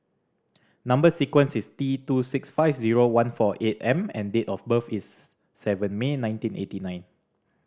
number sequence is T two six five zero one four eight M and date of birth is seven May nineteen eighty nine